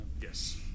Yes